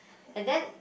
and then